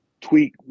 tweak